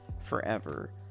forever